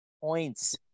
points